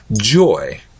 joy